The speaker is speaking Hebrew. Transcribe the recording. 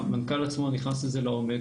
המנכ"ל עצמו נכנס לזה לעומק.